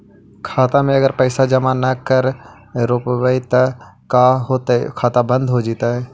खाता मे अगर पैसा जमा न कर रोपबै त का होतै खाता बन्द हो जैतै?